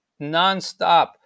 nonstop